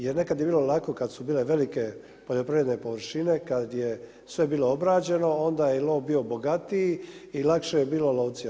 Jer nekada je bilo lako kada su bile velike poljoprivredne površine, kada je sve bilo obrađeno onda je i lov bio bogatiji i lakše je bilo lovcima.